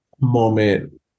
moment